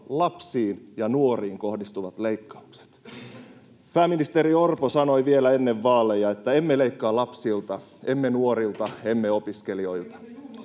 lapsiin ja nuoriin kohdistuvat leikkaukset. Pääministeri Orpo sanoi vielä ennen vaaleja, että emme leikkaa lapsilta, emme nuorilta, emme opiskelijoilta.